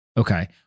Okay